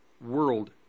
world